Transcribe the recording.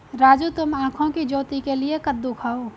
राजू तुम आंखों की ज्योति के लिए कद्दू खाओ